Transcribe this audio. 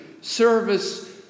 service